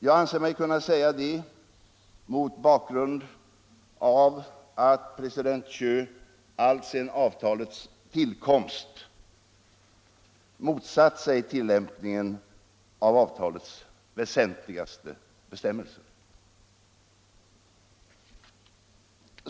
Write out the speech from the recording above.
Jag anser mig kunna säga det mot bakgrund av att president Thieu alltsedan avtalets tillkomst motsatt sig tillämpningen av avtalets väsentligaste bestämmelser.